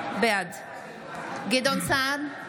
בעד גדעון סער,